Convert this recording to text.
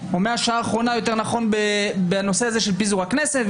או מהשעה האחרונה בנושא הזה של פיזור הכנסת,